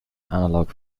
analogue